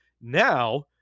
Now